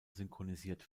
synchronisiert